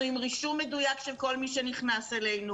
אנחנו עם רישום מדויק של כל מי שנכנס אלינו,